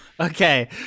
Okay